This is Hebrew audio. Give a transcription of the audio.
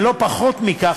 ולא פחות מכך,